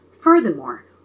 Furthermore